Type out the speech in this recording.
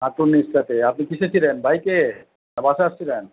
হাঁটুর নীচটাতে আপনি কিসে ছিলেন বাইকে না বাসে আসছিলেন